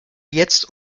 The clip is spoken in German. jetzt